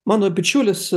mano bičiulis